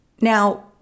Now